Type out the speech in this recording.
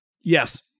Yes